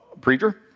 Preacher